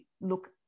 look